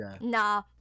nah